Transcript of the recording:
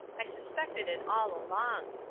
i suspected it all along.